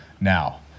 now